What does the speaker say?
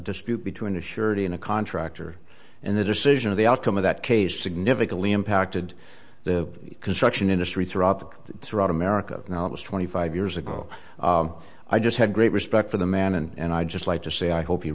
dispute between a surety and a contractor and the decision of the outcome of that case significantly impacted the construction industry throughout the throughout america now it was twenty five years ago i just had great respect for the man and i'd just like to say i hope